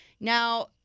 Now